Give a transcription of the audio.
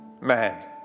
Man